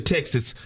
Texas